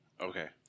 Okay